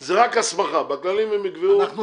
זה רק הסמכה, בכללים הם יקבעו איך ומה.